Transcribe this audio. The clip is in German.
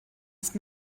ist